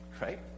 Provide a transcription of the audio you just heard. Right